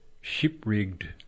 ship-rigged